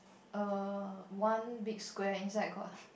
err one big square inside got